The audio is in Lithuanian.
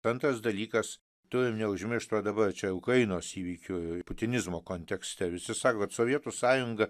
antras dalykas turim neužmiršt va dabar čia ukrainos įvykių putinizmo kontekste visi sako kad sovietų sąjunga